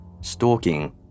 stalking